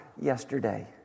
yesterday